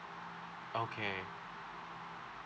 okay